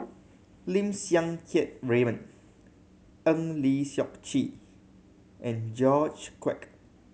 Lim Siang Keat Raymond Eng Lee Seok Chee and George Quek